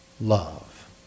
Love